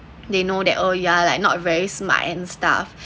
they know that oh you’re like not very smart and stuff